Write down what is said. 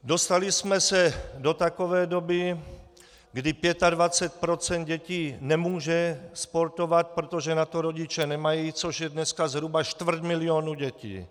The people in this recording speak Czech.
Dostali jsme se do takové doby, kdy 25 % dětí nemůže sportovat, protože na to rodiče nemají, což je dneska zhruba čtvrt milionu dětí.